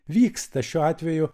vyksta šiuo atveju